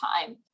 time